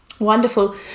Wonderful